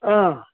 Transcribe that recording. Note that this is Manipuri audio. ꯑꯥ